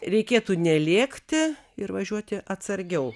reikėtų nelėkti ir važiuoti atsargiau